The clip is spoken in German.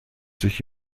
sich